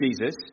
Jesus